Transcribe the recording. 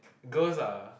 girls are